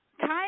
Time